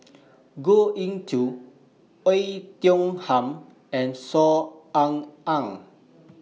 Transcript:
Goh Ee Choo Oei Tiong Ham and Saw Ean Ang